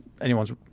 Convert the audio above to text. anyone's